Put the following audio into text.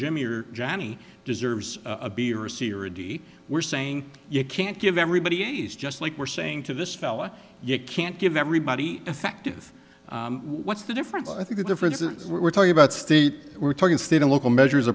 jimmy or johnny deserves a b or c or a d we're saying you can't give everybody is just like we're saying to this fella you can't give everybody effective what's the difference i think the difference is we're talking about state we're talking state and local measures